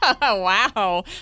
Wow